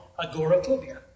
agoraphobia